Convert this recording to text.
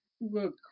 look